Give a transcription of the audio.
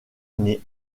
année